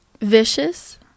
Vicious